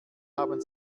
haben